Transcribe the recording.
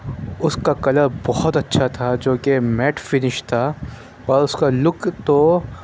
اُس کا کلر بہت اچھا تھا جو کہ میٹ فِنش تھا اور اُس کا لُک تو